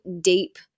deep